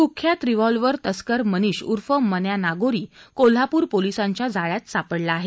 कुख्यात रिव्हॉल्वर तस्कर मनीष उर्फ मन्या नागोरी कोल्हापूर पोलिसांच्या जाळ्यात सापडला आहे